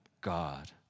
God